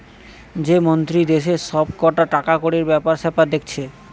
যে মন্ত্রী দেশের সব কটা টাকাকড়ির বেপার সেপার দেখছে